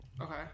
Okay